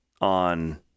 on